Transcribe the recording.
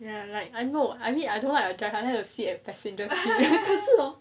ya like I no I mean I don't like to drive I like to sit at the passenger seat